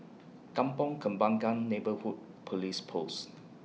Kampong Kembangan Neighbourhood Police Post